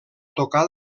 tocar